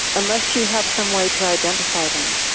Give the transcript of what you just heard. unless you have some way to identify them?